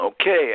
Okay